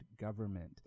government